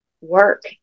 work